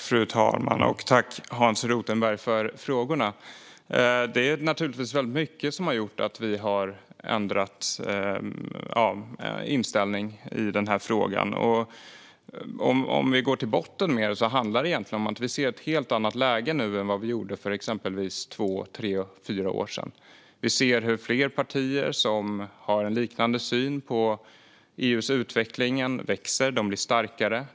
Fru talman! Tack, Hans Rothenberg, för frågorna! Det är naturligtvis mycket som har gjort att vi har ändrat inställning i den här frågan. Om vi går till botten med det handlar det om att vi ser ett helt annat läge nu än vad vi gjorde för två, tre eller fyra år sedan. Vi ser hur fler partier som har en liknande syn på EU:s utveckling växer och blir starkare.